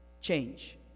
change